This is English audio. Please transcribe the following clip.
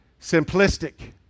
simplistic